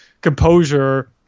composure